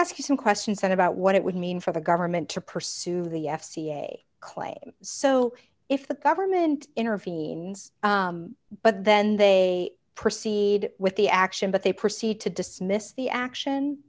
ask you some questions about what it would mean for the government to pursue the f c a claim so if the government intervenes but then they proceed with the action but they proceed to dismiss the action